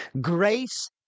Grace